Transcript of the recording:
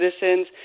citizens